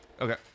Okay